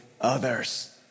others